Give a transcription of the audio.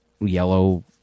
yellow